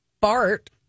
Bart